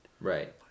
Right